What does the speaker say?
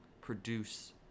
produce